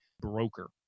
broker